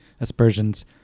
aspersions